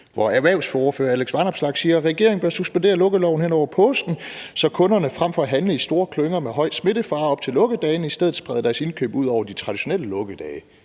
siger erhvervsordfører Alex Vanopslagh: Regeringen bør suspendere lukkeloven hen over påsken, så kunderne frem for at handle i store klynger med høj smittefare op til lukkedagene i stedet spreder deres indkøb ud over de traditionelle lukkedage.